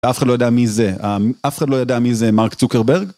אף אחד לא יודע מי זה, אף אחד לא יודע מי זה מרק צוקרברג?